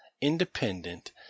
independent